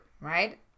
right